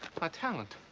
my talent.